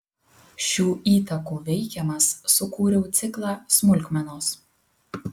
šių įtakų veikiamas sukūriau ciklą smulkmenos